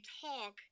talk